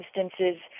instances